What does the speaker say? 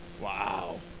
Wow